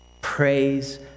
Praise